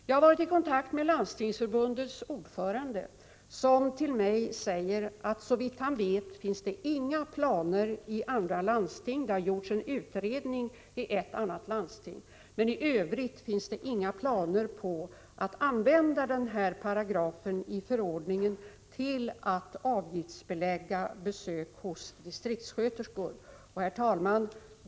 Jag har varit i kontakt med Landstingsförbundets ordförande, som till mig säger att det, såvitt han vet, inte finns några sådana planer i andra landsting. Det har gjorts en utredning i ett annat landsting, men i övrigt finns det inga planer på att använda den här paragrafen i förordningen till att avgiftsbelägga besök hos distriktssköterskor. Herr talman!